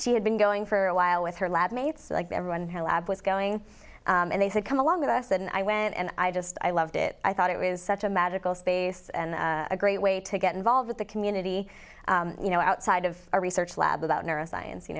she had been going for a while with her lab mates like everyone in her lab was going and they said come along with us and i went and i just i loved it i thought it was such a magical space and a great way to get involved with the community you know outside of a research lab about neuroscience you